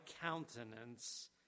countenance